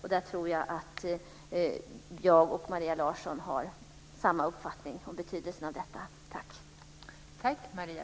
Jag tror att jag och Maria Larsson har samma uppfattning om betydelsen av detta.